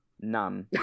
none